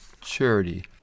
charity